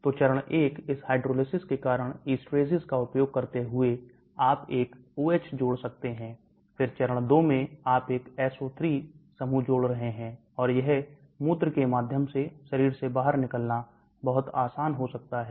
तो चरण 1 इस हाइड्रोलाइसिस के कारण esterases का उपयोग करते हुए आप एक OH जोड़ सकते हैं फिर चरण 2 में आप एक SO3 समूह जोड़ रहे हैं और यह मूत्र के माध्यम से शरीर से बाहर निकलना बहुत आसान हो सकता है